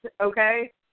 okay